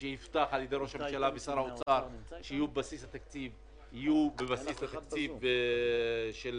שהובטח על ידי ראש הממשלה ושר האוצר שיהיו בבסיס התקציב אכן יוכנסו